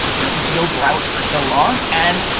you know, deal drought for so long. and,